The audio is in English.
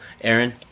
Aaron